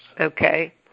Okay